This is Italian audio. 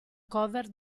cover